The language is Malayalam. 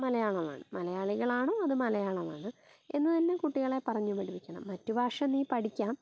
മലയാളമാണ് മലയാളികളാണോ അത് മലയാളമാണ് എന്ന് തന്നെ കുട്ടികളെ പറഞ്ഞ് പഠിപ്പിക്കണം മറ്റ് ഭാഷ നീ പഠിക്കാം